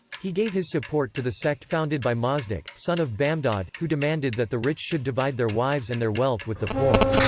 he gave his support to the sect founded by mazdak, son of bamdad, who demanded that the rich should divide their wives and their wealth with the poor.